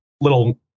little